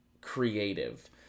creative